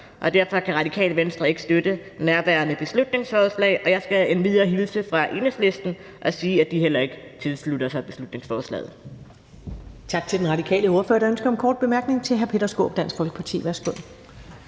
Derfor kan Det Radikale Venstre ikke støtte nærværende beslutningsforslag. Jeg skal endvidere hilse fra Enhedslisten og sige, at de heller ikke tilslutter sig beslutningsforslaget.